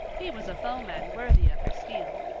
he was a foeman worthy of her steel.